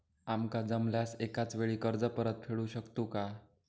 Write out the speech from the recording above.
आमका जमल्यास एकाच वेळी कर्ज परत फेडू शकतू काय?